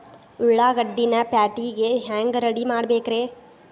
ಉಳ್ಳಾಗಡ್ಡಿನ ಪ್ಯಾಟಿಗೆ ಹ್ಯಾಂಗ ರೆಡಿಮಾಡಬೇಕ್ರೇ?